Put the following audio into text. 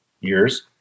years